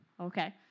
okay